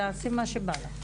תעשי מה שבא לך.